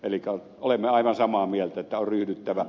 elikkä olemme aivan samaa mieltä että on ryhdyttävä